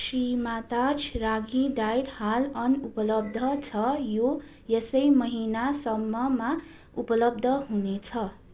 श्रीमा ताज रागी डाइट हाल अनुपलब्ध छ यो यसै महिनासम्ममा उपलब्ध हुनेछ